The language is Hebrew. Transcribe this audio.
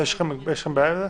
יש לכם בעיה עם זה?